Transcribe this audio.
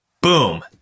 boom